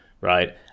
right